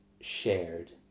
shared